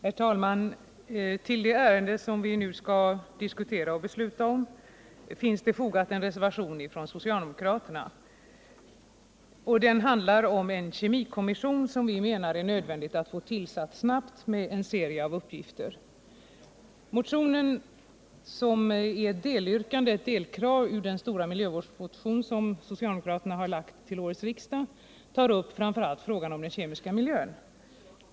Herr talman! Vid det betänkande som vi nu skall diskutera och besluta om finns fogad en reservation från socialdemokraterna. Den handlar om en kemikommission, som vi menar är nödvändigt att få tillsatt snabbt, med en serie av uppgifter. Reservationen, som gäller ett delkrav i den stora miljömotion som socialdemokraterna har lagt fram till årets riksmöte, tar framför allt upp frågan om den kemiska miljön.